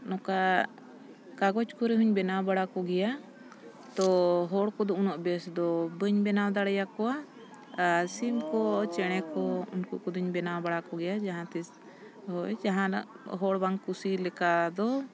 ᱱᱚᱝᱠᱟ ᱠᱟᱜᱚᱡᱽ ᱠᱚᱨᱮ ᱦᱚᱸᱧ ᱵᱮᱱᱟᱣ ᱵᱟᱲᱟ ᱠᱚᱜᱮᱭᱟ ᱛᱚ ᱦᱚᱲ ᱠᱚᱫᱚ ᱩᱱᱟᱹᱜ ᱵᱮᱥ ᱫᱚ ᱵᱟᱹᱧ ᱵᱮᱱᱟᱣ ᱫᱟᱲᱮᱭᱟᱠᱚᱣᱟ ᱟᱨ ᱥᱤᱢ ᱠᱚ ᱪᱮᱬᱮ ᱠᱚ ᱩᱱᱠᱩ ᱠᱚᱫᱚᱧ ᱵᱮᱱᱟᱣ ᱵᱟᱲᱟ ᱠᱚᱜᱮᱭᱟ ᱡᱟᱦᱟᱸ ᱛᱤᱥ ᱦᱳᱭ ᱡᱟᱦᱟᱱᱟᱜ ᱦᱚᱲ ᱵᱟᱝ ᱠᱩᱥᱤ ᱞᱮᱠᱟ ᱫᱚ